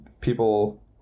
people